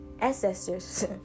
ancestors